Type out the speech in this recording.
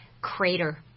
crater